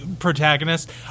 protagonist